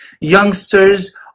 youngsters